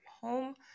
home